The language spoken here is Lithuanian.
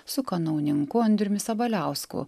su kanauninku andriumi sabaliausku